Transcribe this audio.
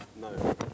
No